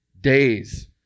days